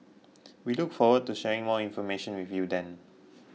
we look forward to sharing more information with you then